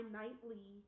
nightly